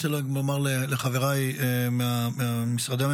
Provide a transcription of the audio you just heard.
אתה בעצמך הבאת למינוי מישהי שהיה לך ברור שלא